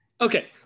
okay